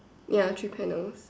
ya three panels